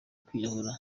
kwiyahura